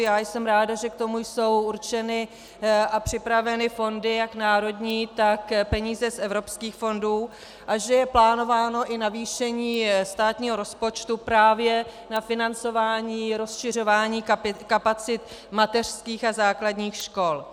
Já jsem ráda, že k tomu jsou určeny a připraveny fondy jak národní, tak peníze z evropských fondů a že je plánováno i navýšení státního rozpočtu právě na financování rozšiřování kapacit mateřských a základních škol.